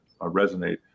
resonate